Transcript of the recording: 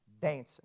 Dancing